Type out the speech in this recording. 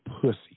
pussy